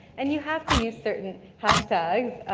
and you have to use certain hashtags,